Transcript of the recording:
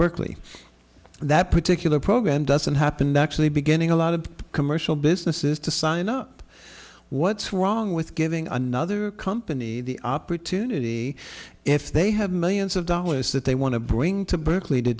berkeley that particular program doesn't happen that's the beginning a lot of commercial businesses to sign up what's wrong with giving another company the opportunity if they have millions of dollars that they want to bring to berkeley to